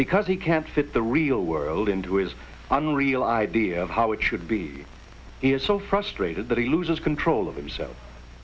because he can't fit the real world into is unreal idea of how it should be he is so frustrated that he loses control of himself